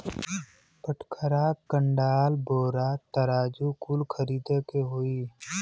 बटखरा, कंडाल, बोरा, तराजू कुल खरीदे के होई